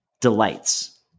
delights